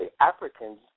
Africans